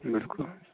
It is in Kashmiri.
بِلکُل